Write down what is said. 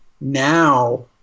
now